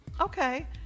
Okay